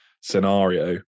scenario